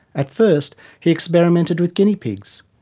at first he experimented with guinea pigs.